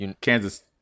Kansas